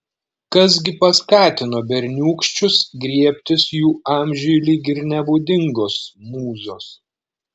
kas gi paskatino berniūkščius griebtis jų amžiui lyg ir nebūdingos mūzos